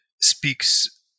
speaks